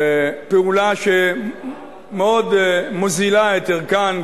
פעולה שמאוד מוזילה את ערכן,